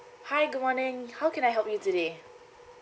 hi good morning how can I help you today